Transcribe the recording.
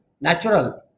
natural